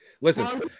Listen